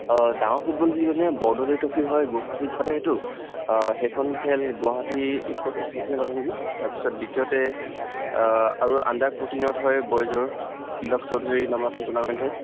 অঁ ডাঙৰ ফুটবল বুলি ক'লে বৰদলৈ ট্ৰফি হয় গুৱাহাটীত পাতে এইটো সেইখন খেল গুৱাহাটী স্পৰ্টছ এচছিয়েশ্যনে পাতে নেকি তাৰপিছত দ্বিতীয়তে আৰু আণ্ডাৰ ফ'ৰ্টিনত হয় বয়জৰ হীৰক চৌধুৰী নামৰ এখন টুৰ্ণামেণ্ট হয়